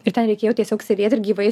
ir ten reikėjo tiesiog sėdėt ir gyvai